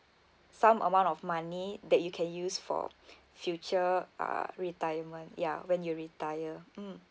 some amount of money that you can use for future uh retirement ya when you retire um